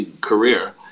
career